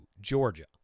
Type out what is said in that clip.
Georgia